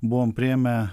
buvom priėmę